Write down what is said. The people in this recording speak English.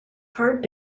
hard